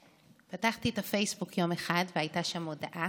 פתחתי את הפייסבוק יום אחד והייתה שם הודעה,